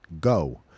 Go